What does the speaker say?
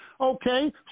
Okay